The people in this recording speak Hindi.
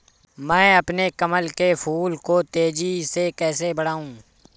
मैं अपने कमल के फूल को तेजी से कैसे बढाऊं?